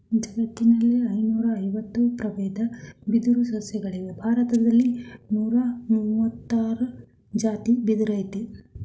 ಜಗತ್ತಿನಲ್ಲಿ ಐನೂರಐವತ್ತು ಪ್ರಬೇದ ಬಿದಿರು ಸಸ್ಯಗಳಿವೆ ಭಾರತ್ದಲ್ಲಿ ನೂರಮುವತ್ತಾರ್ ಜಾತಿ ಬಿದಿರಯ್ತೆ